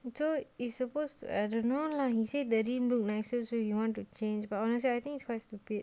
so it's supposed to I don't know lah he said that rim looks nicer so he wants to change but honestly I think it's quite stupid